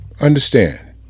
Understand